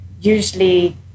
usually